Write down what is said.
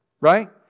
right